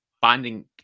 finding